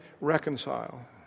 reconcile